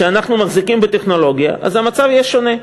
שאנחנו מחזיקים בטכנולוגיה, אז המצב יהיה שונה.